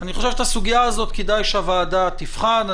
אני חושב שאת הסוגיה הזאת כדאי שהוועדה תבחן.